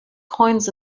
coins